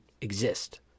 exist